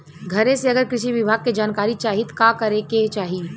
घरे से अगर कृषि विभाग के जानकारी चाहीत का करे के चाही?